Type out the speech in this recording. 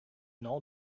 nom